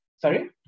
Sorry